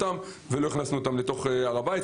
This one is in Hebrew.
אותם לא הכנסנו להר הבית.